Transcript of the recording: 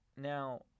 Now